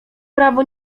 prawo